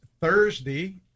Thursday